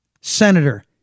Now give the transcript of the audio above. Senator